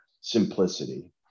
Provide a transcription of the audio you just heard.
simplicity